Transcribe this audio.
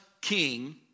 king